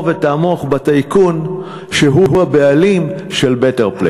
ותתמוך בטייקון שהוא הבעלים של "בטר פלייס".